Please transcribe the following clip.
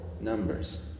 Numbers